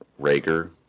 Rager